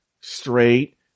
straight